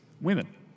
women